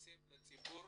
התפרסם לציבור